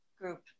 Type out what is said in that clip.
group